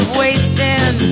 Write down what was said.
wasting